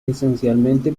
esencialmente